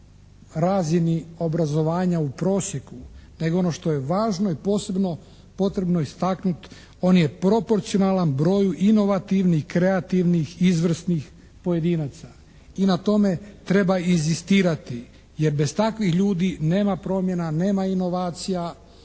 razini obrazovanja u prosjeku nego ono što je važno i posebno potrebno istaknuti, on je proporcionalan broju inovativnih, kreativnih, izvrsnih pojedinaca. I na tome treba inzistirati jer bez takvih ljudi nema promjena, nema inovacija,